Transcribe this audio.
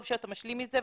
טוב שאתה משלים לי את זה.